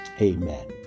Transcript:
amen